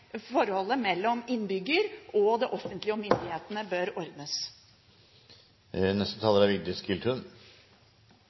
forholdet mellom innbyggere og det offentlige og myndighetene bør ordnes.